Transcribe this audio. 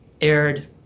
aired